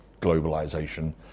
globalisation